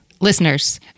Listeners